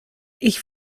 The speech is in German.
ich